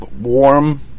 warm